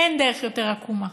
אין דרך יותר עקומה.